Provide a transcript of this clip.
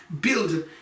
build